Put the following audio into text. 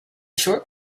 short